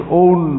own